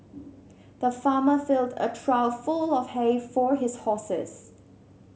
the farmer filled a trough full of hay for his horses